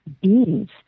beans